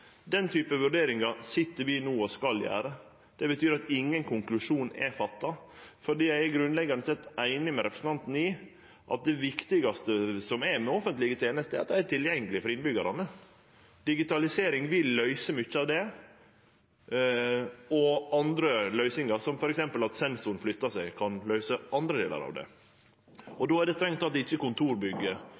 Den typen vurderingar sit vi no og skal gjere. Det betyr at ingen konklusjon er trekt. Eg er grunnleggjande sett einig med representanten i at det viktigaste med offentlege tenester er at dei er tilgjengelege for innbyggjarane. Digitalisering vil løyse mykje av det, og andre løysingar, som f.eks. at sensor flyttar seg, kan løyse andre delar av det. Då er det strengt teke ikkje